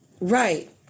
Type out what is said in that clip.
Right